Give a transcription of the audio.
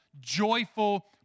joyful